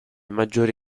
maggiori